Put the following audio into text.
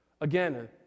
Again